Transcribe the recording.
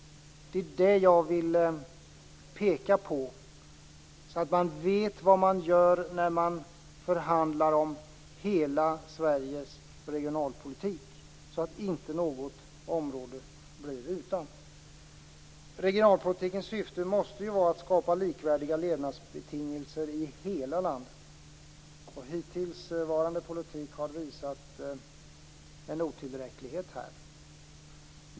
Det är det jag vill peka på, så att man vet vad man gör när man förhandlar om hela Sveriges regionalpolitik. Inte något område får bli utan. Regionalpolitikens syfte måste vara att skapa likvärdiga levnadsbetingelser i hela landet. Hittillsvarande politik har visat en otillräcklighet.